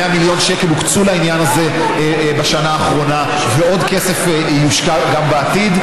100 מיליון שקל הוקצו לעניין הזה בשנה האחרונה ועוד כסף יושקע גם בעתיד.